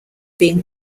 being